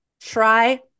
Try